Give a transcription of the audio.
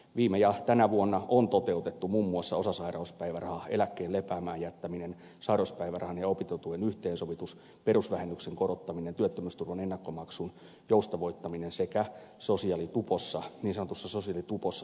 viime ja tänä vuonna on toteutettu muun muassa osasairauspäiväraha eläkkeen lepäämään jättäminen sairauspäivärahan ja opintotuen yhteensovitus perusvähennyksen korottaminen työttömyysturvan ennakkomaksun joustavoittaminen sekä niin sanotussa sosiaalitupossa sovitut toimenpiteet